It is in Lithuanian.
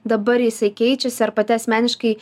dabar jisai keičiasi ar pati asmeniškai